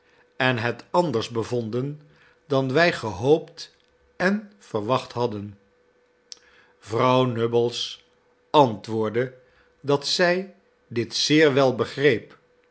en het anders bevonden dan wij gehoopt en verwacht hadden vrouw nubbles antwoordde dat zij dit zeer wel begreep